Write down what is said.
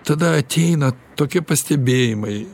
tada ateina tokie pastebėjimai